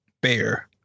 bear